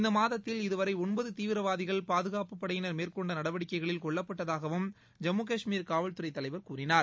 இந்த மாதத்தில் இதுவரை ஒன்பது தீவிரவாதிகள் பாதுகாப்புப் படையினர் மேற்கொண்ட நடவடிக்கையில் கொல்லப்பட்டதாகவும் ஜம்மு காஷ்மீர் காவல்துறை தலைவர் கூறினார்